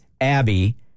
Abby